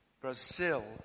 Brazil